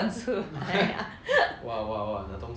!wah! !wah! !wah! 拿东西喷出来 okay